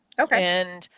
Okay